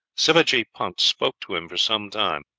sivajee punt spoke to him for some time,